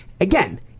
again